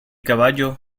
caballo